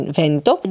vento